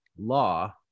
Law